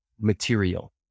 material